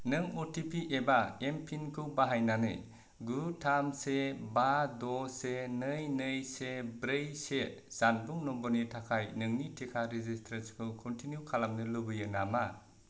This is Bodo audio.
नों अ टि पि एबा एम पिनखौ बाहायनानै गु थाम से बा द' से नै नै से ब्रै से जानबुं नाम्बारनि थाखाय नोंनि टिका रेजिसट्रेसनखौ कनटिनिउ खालामनो लुबैयो नामा